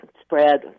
spread